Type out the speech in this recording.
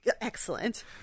excellent